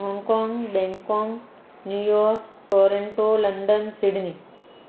Hong Kong Bangkok New York Toronto London Sydney